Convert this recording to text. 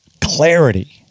clarity